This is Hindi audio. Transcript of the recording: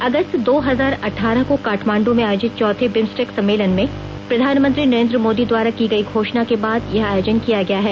अगस्त दो हजार अठारह को काठमांड में आयोजित चौथे बिम्सटेक स्ममेलन में प्रधानमंत्री नरेंद्र मोदी द्वारा की गई घोषणा के बाद यह आयोजन किया गया है